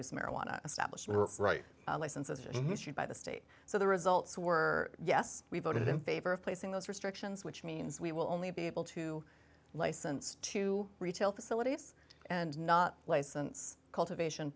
use marijuana establish were right licenses in history by the state so the results were yes we voted in favor of placing those restrictions which means we will only be able to license to retail facilities and not license cultivat